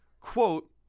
quote